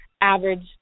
average